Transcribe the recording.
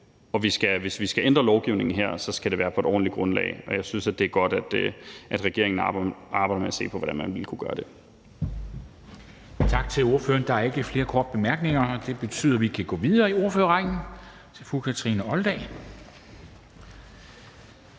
og hvis vi skal ændre lovgivningen her, skal det være på et ordentligt grundlag. Jeg synes, det er godt, at regeringen arbejder med se på, hvordan man ville kunne gøre det.